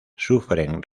sufren